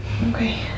Okay